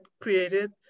created